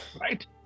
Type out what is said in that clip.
Right